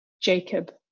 Jacob